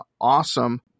awesome